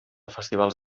festivals